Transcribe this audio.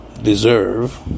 deserve